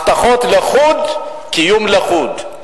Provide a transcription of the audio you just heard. הבטחות לחוד, קיום לחוד.